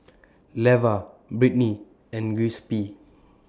Levar Brittnie and Giuseppe